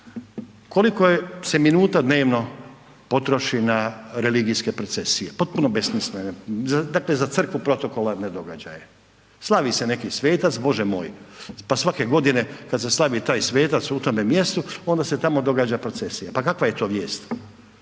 koliko se minuta dnevno potroši na religijske procesije, potpuno besmislen, dakle za Crkvu protokolarne događaje. Slavi se neki svetac, Bože moj, pa svake godine kada se slavi taj svetac u tome mjestu onda se tamo događa procesija. Pa kakva je to vijest?